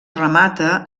remata